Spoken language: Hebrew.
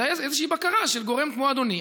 אלא איזושהי בקרה של גורם כמו אדוני.